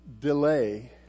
delay